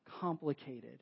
complicated